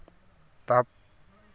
ᱛᱟᱯ